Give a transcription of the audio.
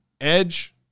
edge